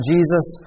Jesus